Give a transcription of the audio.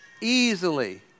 easily